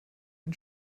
den